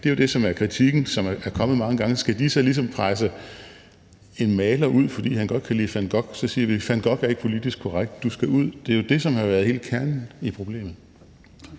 det er jo det, som er kritikken, som er kommet mange gange – ligesom skal presse en maler ud, fordi han godt kan lide van Gogh. Så siger man: Van Gogh er ikke politisk korrekt, og du skal ud. Det er det, som har været hele kernen i problemet.